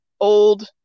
old